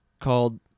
called